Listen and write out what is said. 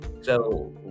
So-